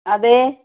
അതേ